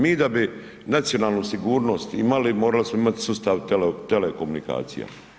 Mi da bi nacionalnu sigurnost imali, morali smo imati sustav telekomunikacija.